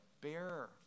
bear